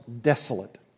desolate